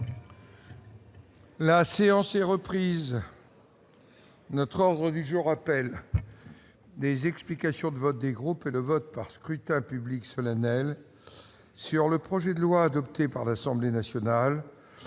La séance est reprise. L'ordre du jour appelle les explications de vote des groupes et le vote par scrutin public solennel sur le projet de loi, adopté par l'Assemblée nationale